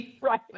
Right